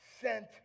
sent